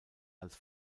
als